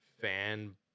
fan